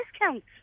Discount